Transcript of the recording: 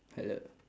hello